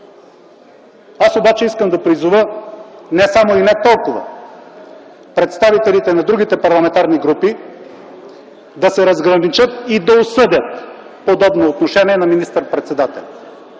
Аз обаче искам да призова не само и не толкова представителите на другите парламентарни групи да се разграничат и осъдят подобно отношение на министър-председателя.